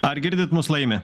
ar girdit mus laimi